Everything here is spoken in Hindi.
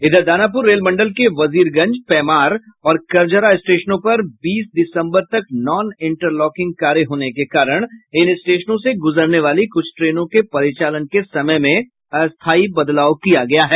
इधर दानापुर रेल मंडल के बजीरगंज पैमार और करजरा स्टेशनों पर बीस दिसंबर तक नॉन इंटरलॉकिंग कार्य होने के कारण इन स्टेशनों से गुजरने वाली कुछ ट्रेनों के परिचालन के समय में अस्थायी बदलाव किया गया है